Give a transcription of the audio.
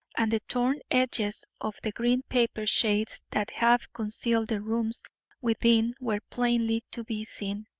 and the torn edges of the green paper shades that half concealed the rooms within were plainly to be seen,